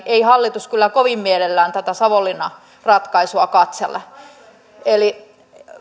ei hallitus kyllä kovin mielellään tätä savonlinna ratkaisua katsele